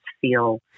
feel